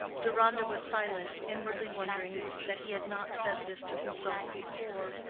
deronda was silent, inwardly wondering that he had not said this to himself before,